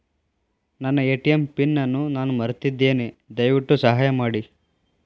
ನನ್ನ ATM PIN ಅನ್ನು ನಾನು ಮರೆತಿದ್ದೇನೆ, ದಯವಿಟ್ಟು ಸಹಾಯ ಮಾಡಿ